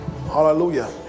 Hallelujah